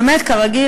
באמת כרגיל,